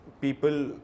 people